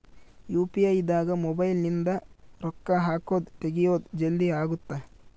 UPI ದಾಗ mobile ನಿಂದ ರೊಕ್ಕ ಹಕೊದ್ ತೆಗಿಯೊದ್ ಜಲ್ದೀ ಅಗುತ್ತ